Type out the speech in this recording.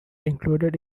included